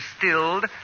distilled